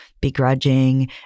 begrudging